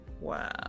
Wow